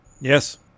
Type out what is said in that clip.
Yes